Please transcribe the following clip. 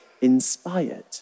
inspired